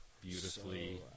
Beautifully